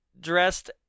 dressed